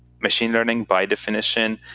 machine learning, by definition,